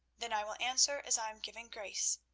then i will answer as i am given grace.